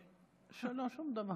שום דבר.